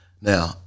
Now